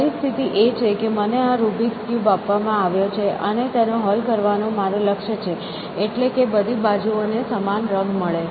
પરિસ્થિતિ એ છે કે મને આ રૂબિક્સ ક્યુબ આપવામાં આવ્યો છે અને તેનો હલ કરવાનો મારો લક્ષ્ય છે એટલે કે બધી બાજુઓને સમાન રંગ મળે